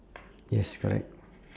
yes correct